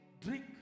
drink